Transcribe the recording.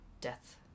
death